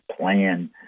plan